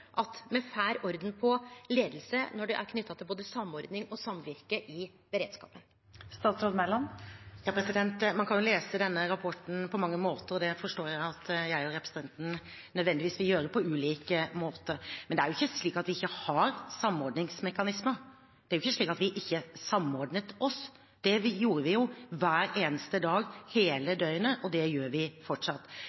at me får orden på leiing knytt både til samordning og samvirke i beredskapen? Man kan jo lese denne rapporten på mange måter, og det forstår jeg at jeg og representanten nødvendigvis vil gjøre på ulik måte. Men det er jo ikke slik at vi ikke har samordningsmekanismer. Det er jo ikke slik at vi ikke samordnet oss. Det gjorde vi hver eneste dag hele